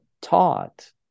taught